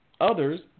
others